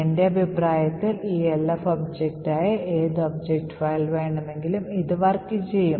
എൻറെ അഭിപ്രായത്തിൽ ELF object ആയ ഏതു object ഫയലിൽ വേണമെങ്കിലും ഇത് വർക്ക് ചെയ്യും